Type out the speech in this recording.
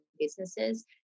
businesses